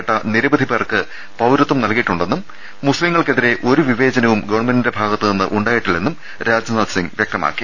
പെട്ട നിരവധിപേർക്ക് പൌരത്വം നൽകിയിട്ടുണ്ടെന്നും മുസ്ലിംങ്ങൾക്കെ തിരേ ഒരുവിവേചനവും ഗവൺമെന്റിന്റെ ഭാഗത്തുനിന്ന് ഉണ്ടായിട്ടില്ലെന്നും രാജ്നാഥ്സിങ് വൃക്തമാക്കി